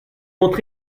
ont